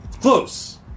close